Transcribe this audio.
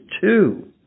two